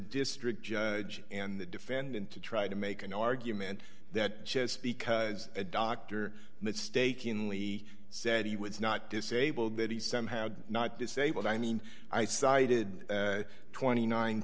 district judge and the defendant to try to make an argument that just because a doctor mistakenly said he was not disabled that he's somehow not disabled i mean i cited twenty nine